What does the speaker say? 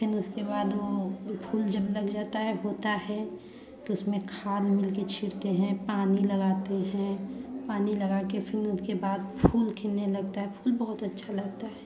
फिर उसके बाद वो फूल जब लग जाता है होता है तो उसमें खाद मिलके छींटते हैं पानी लगते हैं पानी लगाके फिर उसके बाद फूल खिलाने लगता है फूल बहुत अच्छा लगता है